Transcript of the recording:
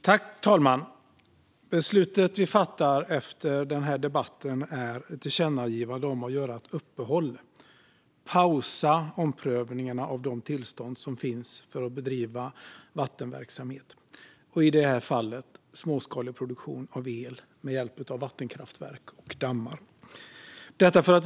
Fru talman! Det tillkännagivande som vi fattar beslut om efter den här debatten handlar om att göra ett uppehåll och pausa omprövningarna av de tillstånd som finns för att bedriva vattenverksamhet, i det här fallet småskalig produktion av el med hjälp av vattenkraftverk och dammar.